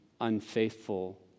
unfaithful